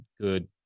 good